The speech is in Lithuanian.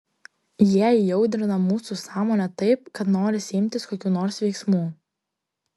jie įaudrina mūsų sąmonę taip kad norisi imtis kokių nors veiksmų